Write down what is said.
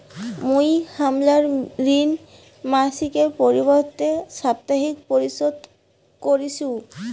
মুই হামার ঋণ মাসিকের পরিবর্তে সাপ্তাহিক পরিশোধ করিসু